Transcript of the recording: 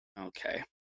Okay